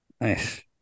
Nice